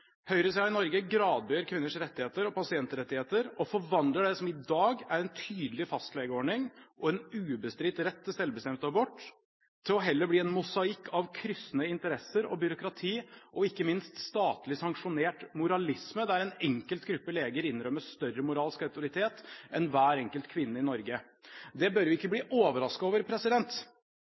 i Norge gradbøyer kvinners rettigheter og pasientrettigheter, og forvandler det som i dag er en tydelig fastlegeordning og en ubestridt rett til selvbestemt abort, til heller å bli en mosaikk av kryssende interesser, byråkrati og ikke minst statlig sanksjonert moralisme, der en enkelt gruppe leger innrømmes større moralsk autoritet enn hver enkelt kvinne i Norge. Det bør vi ikke bli overrasket over.